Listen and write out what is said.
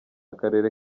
akarere